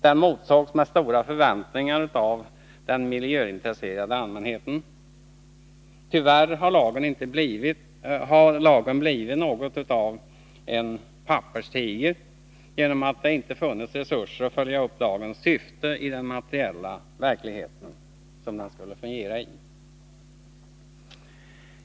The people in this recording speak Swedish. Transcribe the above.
Den motsågs med stora förväntningar av den miljöintresserade allmänheten. Tyvärr har lagen blivit något av en papperstiger genom att det inte har funnits resurser att följa upp lagens syfte i den materiella verklighet som den skulle fungera i.